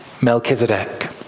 Melchizedek